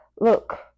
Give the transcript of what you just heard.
Look